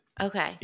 Okay